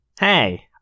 Hey